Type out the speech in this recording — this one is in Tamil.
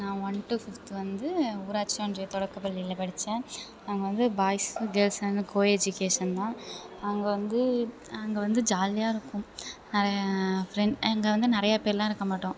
நான் ஒன் டு ஃபிஃப்த் வந்து ஊராட்சி ஒன்றியத் தொடக்கப் பள்ளியில் படித்தேன் அங்கே வந்து பாய்ஸ் கேர்ள்ஸ் வந்து கோ எஜிகேஷன் தான் அங்கே வந்து அங்கே வந்து ஜாலியாக இருக்கும் நிறைய ஃப்ரெண்ட் அங்கே வந்து நிறைய பேர்லாம் இருக்க மாட்டோம்